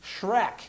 Shrek